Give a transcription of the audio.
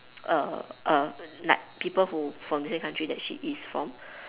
err err like people who from the same country that she is from